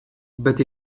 but